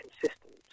consistent